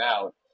out